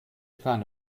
kleine